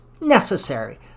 necessary